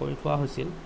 কৰি থোৱা হৈছিল